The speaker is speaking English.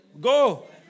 go